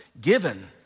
given